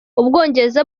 ubwongereza